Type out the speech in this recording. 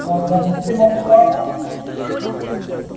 আচ্ছা কি কি মুরগি পাওয়া যায়